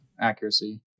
Accuracy